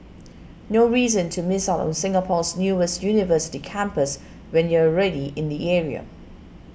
no reason to miss out on Singapore's newest university campus when you're already in the area